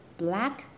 black